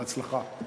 בהצלחה.